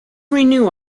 renew